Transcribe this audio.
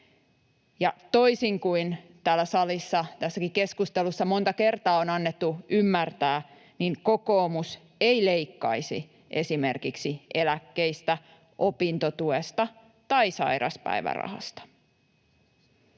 Toisin kuin täällä salissa tässäkin keskustelussa monta kertaa on annettu ymmärtää, kokoomus ei leikkaisi esimerkiksi eläkkeistä, opintotuesta tai sairauspäivärahasta.